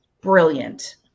brilliant